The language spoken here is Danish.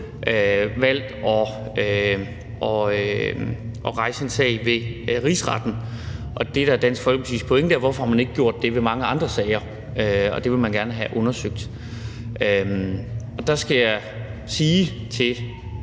valgt at rejse en sag ved Rigsretten, og det, der er Dansk Folkepartis pointe, er, hvorfor man ikke har gjort det i mange andre sager. Det vil man gerne have undersøgt. Der skal jeg sige til